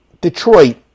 Detroit